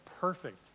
perfect